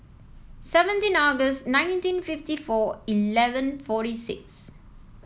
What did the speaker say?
seventeen August nineteen fifty four eleven forty six